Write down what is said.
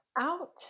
Out